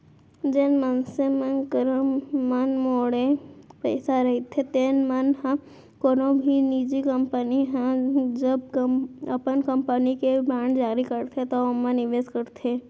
जेन मनसे मन करा मनमाड़े पइसा रहिथे तेन मन ह कोनो भी निजी कंपनी ह जब अपन कंपनी के बांड जारी करथे त ओमा निवेस करथे